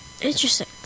Interesting